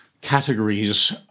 categories